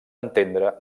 entendre